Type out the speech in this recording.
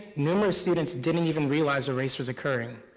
numerous students didn't even realize the race was occurring,